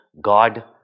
God